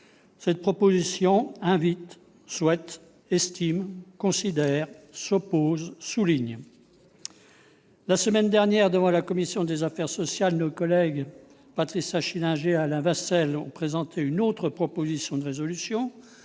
cette proposition invite, souhaite, estime, considère, s'oppose, souligne. La semaine dernière, devant la commission des affaires sociales, nos collègues Patricia Schillinger et Alain Vasselle ont présenté une autre proposition de résolution,